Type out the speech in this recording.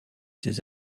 ses